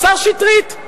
השר שטרית,